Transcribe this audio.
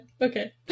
Okay